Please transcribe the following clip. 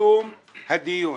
לקיום הדיון.